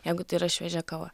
jeigu tai yra šviežia kava